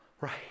Right